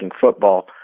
football